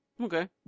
Okay